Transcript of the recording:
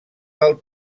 del